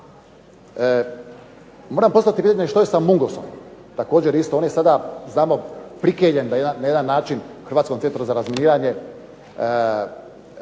Moram postaviti pitanje, što je sa Mungos-om, također isto, on je sada znamo prikeljen na jedan način Hrvatskom centru za razminiranje.